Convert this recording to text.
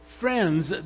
friends